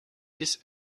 this